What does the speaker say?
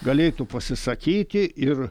galėtų pasisakyti ir